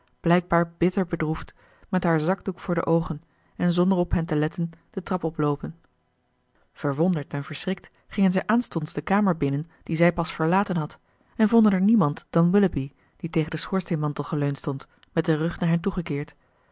blijkbaar bitter bedroefd met haar zakdoek voor de oogen en zonder op hen te letten de trap oploopen verwonderd en verschrikt gingen zij aanstonds de kamer binnen die zij pas verlaten had en vonden er niemand dan willoughby die tegen den schoorsteenmantel geleund stond met den rug naar hen toegekeerd